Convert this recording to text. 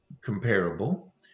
comparable